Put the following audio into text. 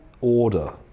order